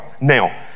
Now